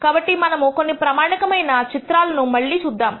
కాబట్టి మనము కొన్ని ప్రామాణికమైన చిత్రాలను మళ్లీ చూద్దాము